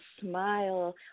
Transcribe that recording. smile